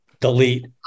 delete